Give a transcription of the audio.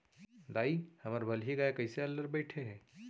दाई, हमर बलही गाय कइसे अल्लर बइठे हे